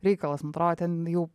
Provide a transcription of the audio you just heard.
reikalas man atrodo ten jau